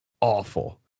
awful